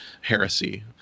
heresy